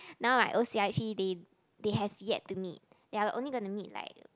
now I o_c_i_p they they have yet to meet we are only gonna meet like